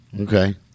okay